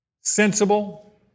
sensible